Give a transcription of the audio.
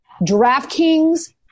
DraftKings